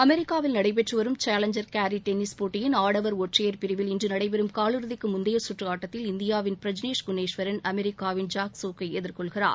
அமெரிக்காவில் நடைபெற்று வரும் சேலஞ்சர் கேரி டென்னிஸ் போட்டியின் ஆடவர் ஒற்றையர் பிரிவில் இன்று நடைபெறும் காலிறுதிக்கு முந்தைய சுற்று ஆட்டத்தில் இந்தியாவின் பிரஜ்னேஷ் குனேஸ்வரன் அமெரிக்காவின் ஜாக் சோக் ஐ எதிர்கொள்கிறார்